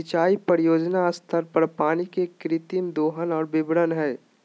सिंचाई परियोजना स्तर पर पानी के कृत्रिम दोहन और वितरण हइ